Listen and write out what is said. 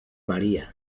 maria